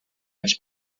ens